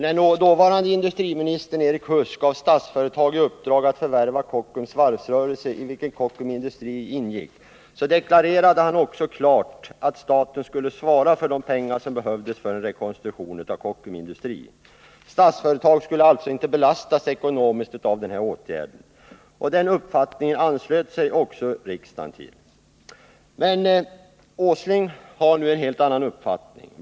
När dåvarande industriministern Erik Huss gav Statsföretag i uppdrag att förvärva Kockums varvsrörelse i vilken Kockums Industri ingick, deklarerade han också klart att staten skulle svara för de pengar som behövdes för en rekonstruktion av Kockums Industri. Statsföretag skulle alltså inte drabbas ekonomiskt av åtgärden. Denna uppfattning anslöt sig även riksdagen till. Men herr Åsling har nu en helt annan uppfattning.